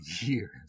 years